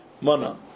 Mana